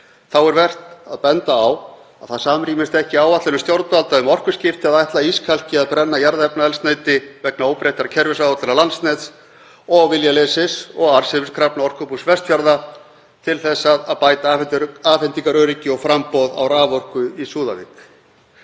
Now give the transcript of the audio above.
Þá er vert að benda á að það samrýmist ekki áætlunum stjórnvalda um orkuskipti að ætla Ískalki að brenna jarðefnaeldsneyti vegna óbreyttrar kerfisáætlunar Landsnets og viljaleysis og arðsemiskrafna Orkubús Vestfjarða til að bæta afhendingaröryggi og framboð á raforku í Súðavík.